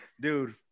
Dude